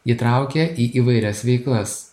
įtraukia į įvairias veiklas